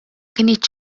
kinitx